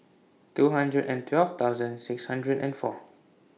two hundred and twelve thousand six hundred and four